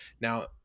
Now